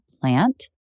plant